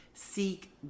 seek